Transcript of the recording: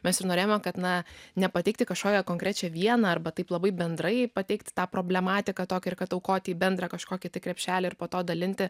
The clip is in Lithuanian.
mes ir norėjome kad na nepateikti kažkokią konkrečią vieną arba taip labai bendrai pateikti tą problematiką tokią ir kad aukoti į bendrą kažkokį krepšelį ir po to dalinti